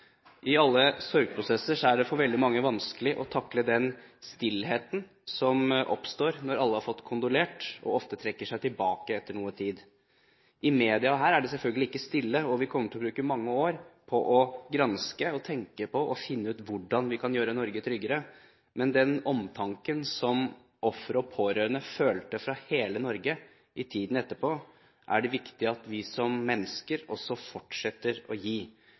I alle sorgprosesser er det for veldig mange vanskelig å takle den stillheten som oppstår når alle har fått kondolert og ofte trekker seg tilbake etter noe tid. I media er det selvfølgelig ikke stille her, og vi kommer til å bruke mange år på å granske og tenke på og finne ut hvordan vi kan gjøre Norge tryggere. Men den omtanken som ofre og pårørende følte fra hele Norge i tiden etterpå, er det viktig at vi som mennesker også fortsetter å gi.